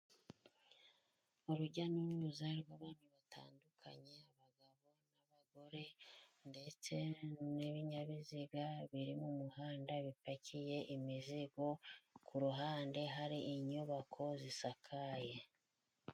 Urujya n'uruza, rw'abandi batandukanye abagabo n'abagore ndetse n'ibinyabiziga biri mu muhanda bipakiye imizigo, ku ruhande hari inyubako zisakaye.